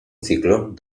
ciclón